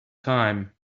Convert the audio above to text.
time